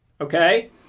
Okay